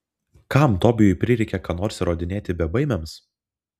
kam tobijui prireikė ką nors įrodinėti bebaimiams